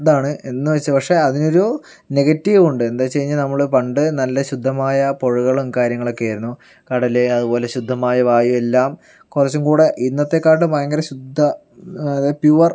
ഇതാണ് എന്ന് വച്ച് പക്ഷെ അതിനൊരു നെഗറ്റീവുണ്ട് എന്താന്ന് വച്ച് കഴിഞ്ഞാൽ നമ്മള് പണ്ട് നല്ല ശുദ്ധമായ പുഴകളും കാര്യങ്ങളൊക്കെയായിരുന്നു കടല് അതുപോലെ ശുദ്ധമായ വായു എല്ലാം കുറച്ചും കൂടെ ഇന്നത്തേക്കാട്ടിലും ഭയങ്കര ശുദ്ധ അതായത് പ്യുവർ